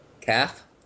Calf